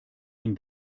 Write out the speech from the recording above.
den